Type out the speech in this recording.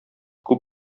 күп